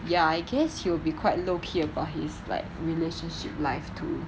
ya I guess you'll be quite low key about his like relationship life too